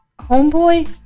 homeboy